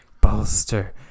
Bolster